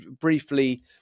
briefly